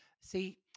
See